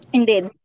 Indeed